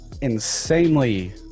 insanely